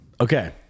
Okay